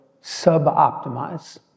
sub-optimize